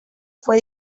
fue